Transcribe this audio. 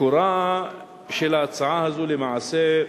מקורה של ההצעה הזאת, למעשה,